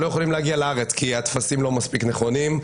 שלא יכולים להגיע לארץ כי הטפסים לא מספיק נכונים,